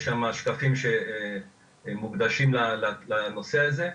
יש שם שקפים שמוקדשים לנושא הזה.